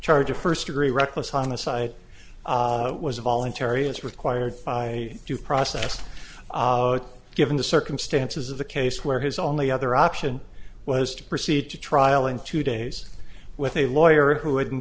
charge of first degree reckless homicide was voluntary as required by due process given the circumstances of the case where his only other option was to proceed to trial in two days with a lawyer who hadn't